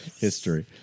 history